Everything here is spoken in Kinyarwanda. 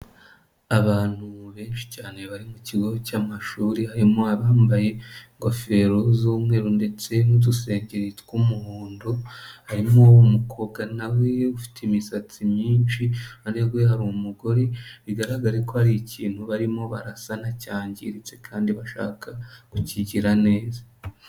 Abantu benshi cyane bari mu kigo cy'amashuri, harimo abambaye ingofero z'umweru ndetse n'udusengeri tw'umuhondo, harimo umukobwa na we ufite imisatsi myinshi, iruhande rwe hari umugore bigaragare ko hari ikintu barimo barasana cyangiritse kandi bashaka kukigira neza.